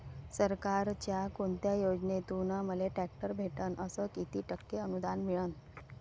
सरकारच्या कोनत्या योजनेतून मले ट्रॅक्टर भेटन अस किती टक्के अनुदान मिळन?